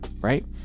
right